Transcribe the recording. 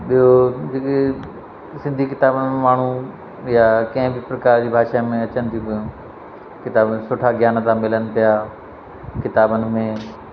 ॿियो सिंधी सिंधी किताबनि में माण्हू या कंहिं बि प्रकार जी भाषा में अचनि थियूं पियूं किताब में सुठा ज्ञान था मिलनि पिया किताबनि में